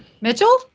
Mitchell